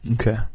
Okay